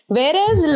Whereas